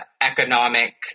economic